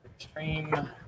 Extreme